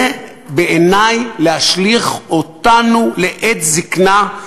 זה בעיני להשליך אותנו לעת זיקנה.